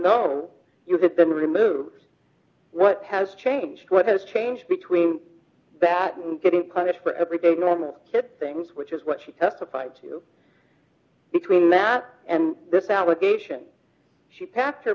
though you get them removed what has changed what has changed between that and getting punished for everyday normal things which is what she testified to between that and this allegation she pa